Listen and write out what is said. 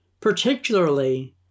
Particularly